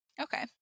Okay